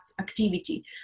activity